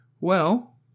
Well